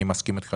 מסכים.